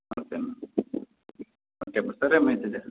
okay అమ్మా okay అమ్మా సరేమ్మా అయితే జాగ్రత్త